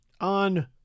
on